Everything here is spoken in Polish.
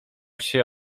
się